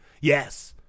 Yes